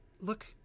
look